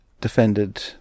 defended